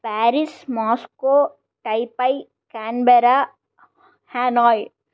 Paris Moscow Taipei Canberra Hanoi